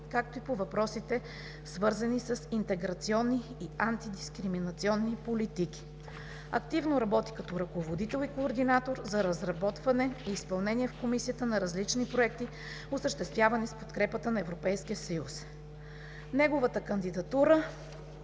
както и по въпросите, свързани с интеграционни и антидискриминационни политики. Активно работи като ръководител и координатор за разработване и изпълнение в Комисията на различни проекти, осъществявани с подкрепата на ЕС. Неговата кандидатура